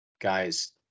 guys